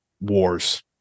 Wars